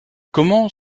comment